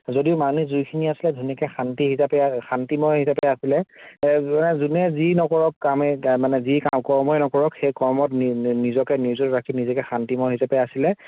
যদি মানুহ যোনখিনি আছিলে ধুনীয়াকৈ শান্তি হিচাপে শান্তিময় হিচাপে আছিলে যোনে যি নকৰক কামেই তাৰমানে যি কৰ্মই নকৰক সেই কৰ্মত নিজকে নিয়োজিত ৰাখি নিজকে শান্তিময় হিচাপে আছিলে